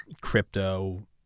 crypto